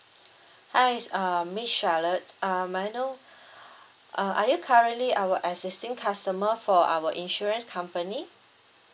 hi uh miss charlotte uh may I know uh are you currently our existing customer for our insurance company